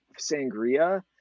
sangria